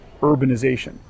urbanization